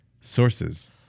sources